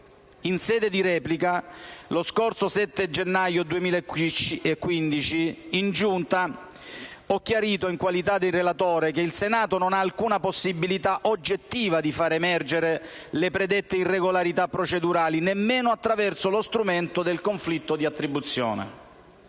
In sede di replica, lo scorso 7 gennaio 2015, in Giunta ho chiarito, in qualità di relatore, che il Senato non ha alcuna possibilità oggettiva di far emergere le predette irregolarità procedurali, nemmeno attraverso lo strumento del conflitto di attribuzione.